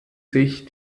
sich